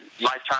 Lifetime